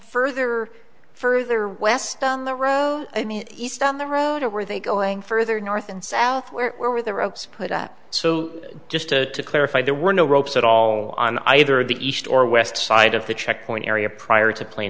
further further west down the road i mean east on the road or are they going further north and south where there were the ropes put up so just to clarify there were no ropes at all on either of the east or west side of the checkpoint area prior to pla